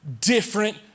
different